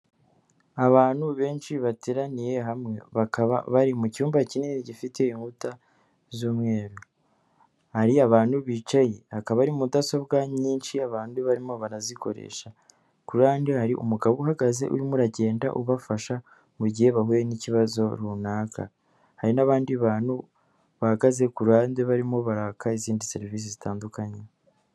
Abantu benshi bateraniye hamwe, bakaba bari mu cyumba kinini gifite inkuta z’umweru. Hari abantu bicaye, hakaba hari mudasobwa nyinshi, abandi barimo barazikoresha. Ku rundi ruhande, hari umugabo uhagaze, urimo uragenda abafasha mu gihe bahuye n’ikibazo runaka. Hari n’abandi bantu bahagaze ku ruhande, barimo baraka izindi serivisi zitandukanye.